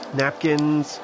napkins